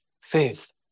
faith